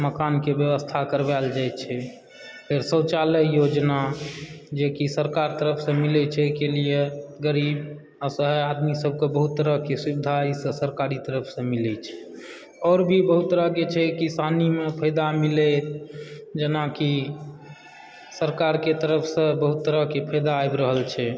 मकानके व्यवस्था करवायल जाइ छै फेर शौचालय योजना जेकि सरकार तरफसँ मिलैत छै एहिके लिअ गरीब असहाय आदमी सभके बहुत तरहकेँ सुविधा ईसभ सरकारी तरफसँ मिलैत छै आओर भी बहुत तरहकेँ छै किसानीमे फायदा मिलय जेनाकि सरकारके तरफसँ बहुत तरहकेँ फायदा आबि रहल छै